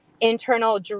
internal